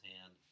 hand